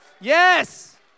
Yes